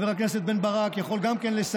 גם חבר הכנסת בן ברק יכול לסייע,